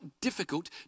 difficult